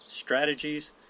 strategies